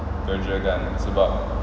kerja kan sebab